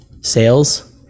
sales